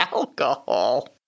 Alcohol